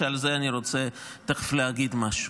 ועל זה אני רוצה תכף להגיד משהו.